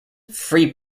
free